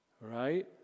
Right